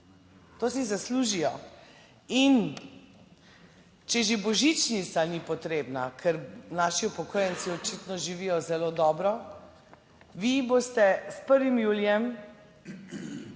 to si zaslužijo. In, če že božičnica ni potrebna, ker naši upokojenci očitno živijo zelo dobro, vi boste s 1. julijem,